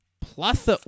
plus